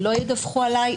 לא ידווחו עליי,